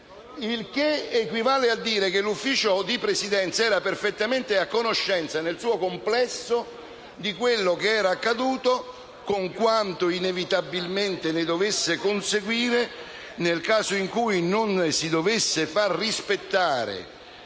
il che equivale a dire che il Consiglio di Presidenza era perfettamente a conoscenza, nel suo complesso, di quello che era accaduto, con quanto inevitabilmente ne dovesse conseguire nel caso in cui non si dovesse far rispettare